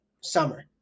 summer